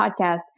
podcast